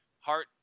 Heart